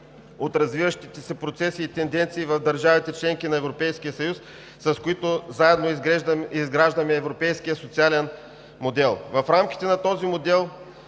от развиващите се процеси и тенденции в държавите – членки на Европейския съюз, с които заедно изграждаме европейския социален модел. В рамките на този модел